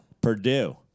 Purdue